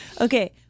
okay